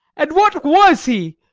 and what was he?